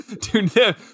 Dude